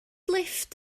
lifft